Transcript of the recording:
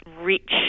rich